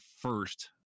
first